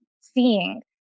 seeing